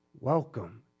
Welcome